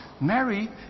Mary